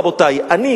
רבותי: אני,